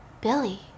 Billy